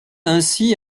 ainsi